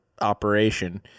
operation